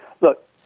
look